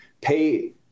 pay